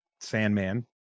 sandman